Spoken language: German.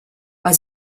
bei